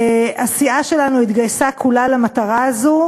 הסיעה שלנו התגייסה כולה למטרה הזאת,